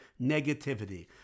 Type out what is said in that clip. negativity